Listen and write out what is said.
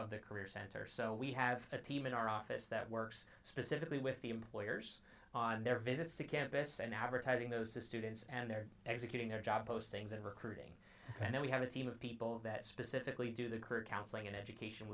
of their career center so we have a team in our office that works specifically with the employers on their visits to campus and advertising those students and their own securing their job postings and recruiting and then we have a team of people that specifically do their career counseling and education